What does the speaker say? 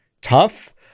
tough